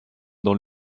dans